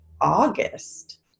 August